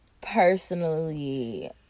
personally